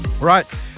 Right